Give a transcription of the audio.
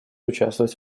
участвовать